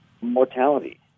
mortality